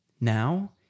now